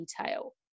detail